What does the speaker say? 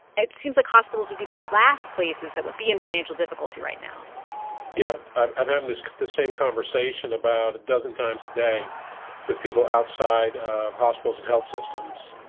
it seems like hospitals would be the last places that would be in financial difficulty right now yeah. i've had this the same conversation about a dozen times a day with people outside of hospitals and health systems.